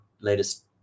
latest